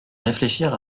réfléchir